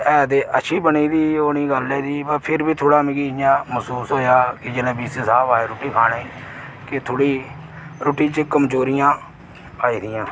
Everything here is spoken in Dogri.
एह् ते अच्छी बनी दी ओह् नेईं गल्ल होई दी फिर बी थोडा मिगी इयां महसूस होया कि जेहले वी सी साहब आये रुट्टी खाने कि थोडी रुट्टी च कमजोरियां आई दियां